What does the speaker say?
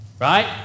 right